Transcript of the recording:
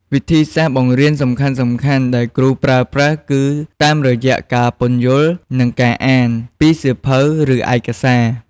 វិធីសាស្ត្របង្រៀនសំខាន់ៗដែលគ្រូប្រើប្រាស់គឺតាមរយៈ ការពន្យល់ និង ការអាន ពីសៀវភៅ ឬឯកសារ។